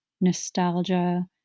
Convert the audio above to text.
nostalgia